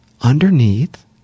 underneath